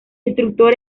instructor